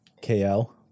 KL